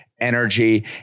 energy